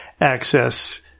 access